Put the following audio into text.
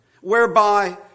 whereby